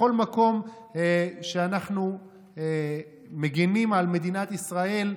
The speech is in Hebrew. בכל מקום אנחנו מגינים על מדינת ישראל,